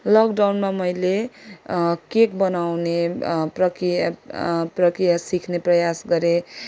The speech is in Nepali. लकडाउनमा मैले केक बनाउने प्रक्रिया प्रक्रिया सिख्ने प्रयास गरेँ